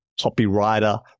copywriter